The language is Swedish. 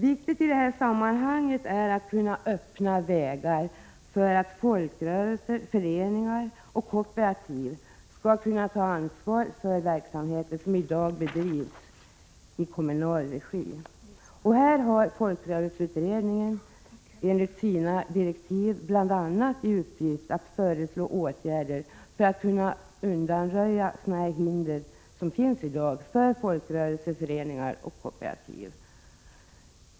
Viktigt i det här sammanhanget är att kunna öppna vägar för att folkrörelser, föreningar och kooperativ skall kunna ta ansvar för verksamheter som i dag bedrivs i kommunal regi. Här har folkrörelseutredningen enligt sina direktiv bl.a. i uppgift att föreslå åtgärder för att undanröja sådana hinder som finns i dag för folkrörelser, föreningar och kooperativ.